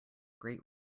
great